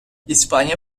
i̇spanya